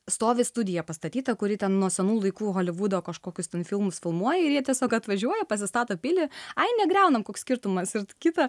stovi studija pastatyta kuri ten nuo senų laikų holivudo kažkokius ten filmus filmuoji ir jie tiesiog atvažiuoja pasistato pilį ai negriaunam koks skirtumas ir kitą